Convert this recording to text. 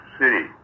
city